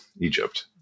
Egypt